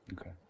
Okay